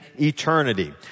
eternity